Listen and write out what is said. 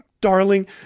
Darling